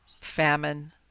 famine